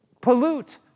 pollute